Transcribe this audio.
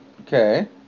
okay